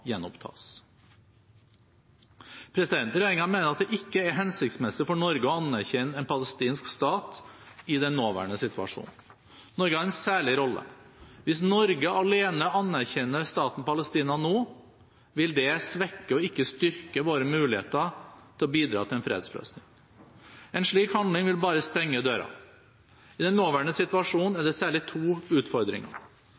gjenopptas. Regjeringen mener at det ikke er hensiktsmessig for Norge å anerkjenne en palestinsk stat i den nåværende situasjonen. Norge har en særlig rolle. Hvis Norge alene anerkjenner staten Palestina nå, vil det svekke og ikke styrke våre muligheter til å bidra til en fredsløsning. En slik handling vil bare stenge dører. I den nåværende situasjonen er det særlig to utfordringer.